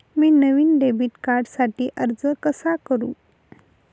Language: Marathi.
मी नवीन डेबिट कार्डसाठी अर्ज कसा करु?